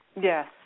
Yes